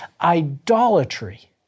Idolatry